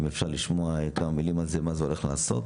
אם אפשר לשמוע כמה מילים על זה, מה זה הולך לעשות.